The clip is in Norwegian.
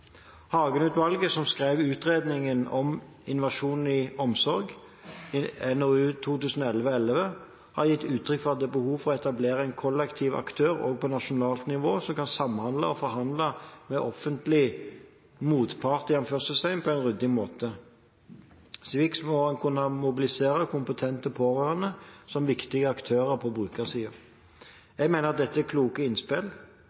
som skrev utredningen om innovasjon i omsorg, NOU2011: 11, har gitt uttrykk for at det er behov for å etablere en kollektiv aktør, òg på nasjonalt nivå, som kan samhandle og forhandle med offentlig «motpart» på en ryddig måte. Slik må en kunne mobilisere kompetente pårørende som viktige aktører på brukersiden. Jeg mener at dette er kloke innspill,